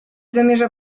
zamierza